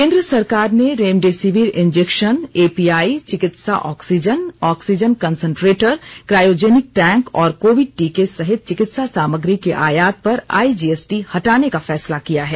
केंद्र सरकार ने रेमडेसिविर इंजेक्शन एपीआई चिकित्सा oxygen oxygen concentrator cryogenic tank और कोविड टीके सहित चिकित्सा सामग्री के आयात पर आई जीएसटी हटाने का फैसला किया है